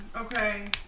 Okay